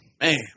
Man